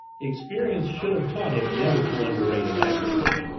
experience should have taught him never to underrate an adversary,